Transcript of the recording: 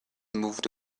moved